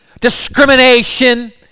discrimination